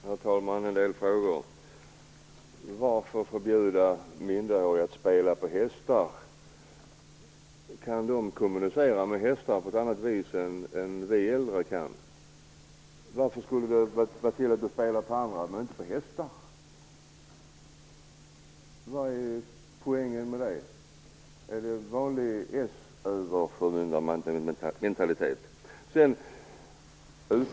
Herr talman! Jag har en del frågor. Varför skall vi förbjuda minderåriga att spela på hästar? Kan minderåriga kommunicera med hästar på ett annat vis än vi äldre kan? Varför skulle de vara tillåtna att ägna sig åt andra spelformer men inte spela på hästar? Vad är poängen med det, är det den vanliga socialdemokratiska överförmyndarmentaliteten?